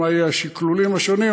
מה יהיו השיקולים השונים,